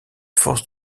force